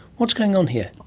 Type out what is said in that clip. what's going on here?